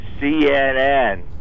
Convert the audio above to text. CNN